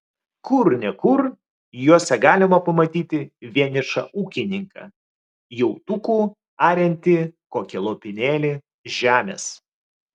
kur ne kur juose galima pamatyti vienišą ūkininką jautuku ariantį kokį lopinėlį žemės